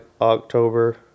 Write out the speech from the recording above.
October